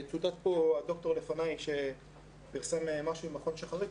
ציטט פה הדוקטור לפניי שפרסם מאמר של מכון שחרית.